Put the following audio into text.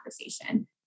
conversation